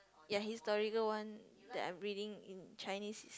ya historical one that I'm reading in Chinese